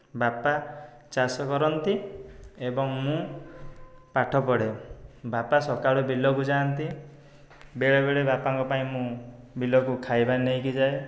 ବାପା ଚାଷ କରନ୍ତି ଏବଂ ମୁଁ ପାଠ ପଢ଼େ ବାପା ସକାଳେ ବିଲକୁ ଯାନ୍ତି ବେଳେବେଳେ ବାପାଙ୍କ ପାଇଁ ମୁଁ ବିଲକୁ ଖାଇବା ନେଇକି ଯାଏ